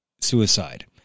suicide